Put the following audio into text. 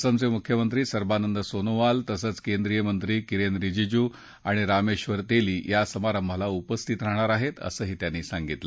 असमचे मुख्यमंत्री सर्वानंद सोनावाल तसंच केंद्रीय मंत्री किरेन रिजीजू आणि रामेश्वर तेली या समारंभाला उपस्थित राहणार आहेत असंही त्यांनी सांगितलं